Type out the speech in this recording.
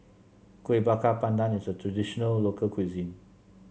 Kueh Bakar Pandan is a traditional local cuisine